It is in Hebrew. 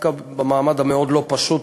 דווקא במעמד המאוד-לא-פשוט,